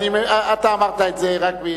אתה אמרת את זה רק,